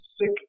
sick